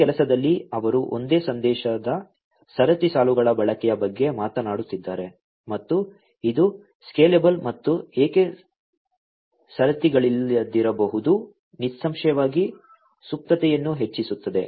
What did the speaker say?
ಈ ಕೆಲಸದಲ್ಲಿ ಅವರು ಒಂದೇ ಸಂದೇಶದ ಸರತಿ ಸಾಲುಗಳ ಬಳಕೆಯ ಬಗ್ಗೆ ಮಾತನಾಡುತ್ತಿದ್ದಾರೆ ಮತ್ತು ಇದು ಸ್ಕೇಲೆಬಲ್ ಮತ್ತು ಏಕ ಸರತಿಗಳಲ್ಲದಿರಬಹುದು ನಿಸ್ಸಂಶಯವಾಗಿ ಸುಪ್ತತೆಯನ್ನು ಹೆಚ್ಚಿಸುತ್ತದೆ